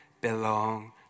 belong